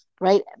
right